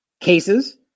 Cases